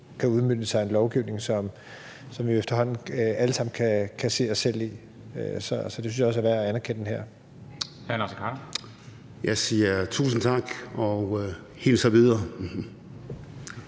kan udmøntes i en lovgivning, som vi efterhånden alle sammen kan se os selv i. Det synes jeg også er værd at anerkende her. Kl. 13:01 Formanden (Henrik